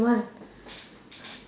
what